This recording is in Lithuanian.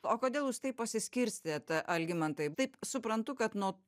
o kodėl jūs taip pasiskirstėt algimantai taip suprantu kad nuo